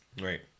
Right